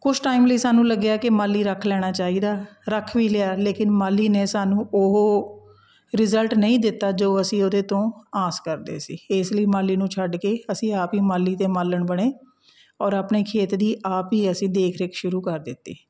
ਕੁਛ ਟਾਈਮ ਲਈ ਸਾਨੂੰ ਲੱਗਿਆ ਕਿ ਮਾਲੀ ਰੱਖ ਲੈਣਾ ਚਾਹੀਦਾ ਰੱਖ ਵੀ ਲਿਆ ਲੇਕਿਨ ਮਾਲੀ ਨੇ ਸਾਨੂੰ ਉਹ ਰਿਜਲਟ ਨਹੀਂ ਦਿੱਤਾ ਜੋ ਅਸੀਂ ਉਹਦੇ ਤੋਂ ਆਸ ਕਰਦੇ ਸੀ ਇਸ ਲਈ ਮਾਲੀ ਨੂੰ ਛੱਡ ਕੇ ਅਸੀਂ ਆਪ ਹੀ ਮਾਲੀ ਅਤੇ ਮਾਲਣ ਬਣੇ ਔਰ ਆਪਣੇ ਖੇਤ ਦੀ ਆਪ ਹੀ ਅਸੀਂ ਦੇਖ ਰੇਖ ਸ਼ੁਰੂ ਕਰ ਦਿੱਤੀ